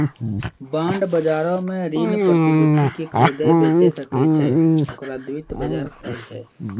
bond बजारो मे ऋण प्रतिभूति के खरीदै बेचै सकै छै, ओकरा द्वितीय बजार कहै छै